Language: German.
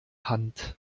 hand